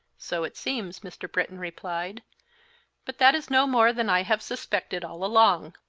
so it seems, mr. britton replied but that is no more than i have suspected all along.